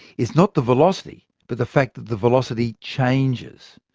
it's not the velocity, but the fact that the velocity changes.